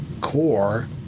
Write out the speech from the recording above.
core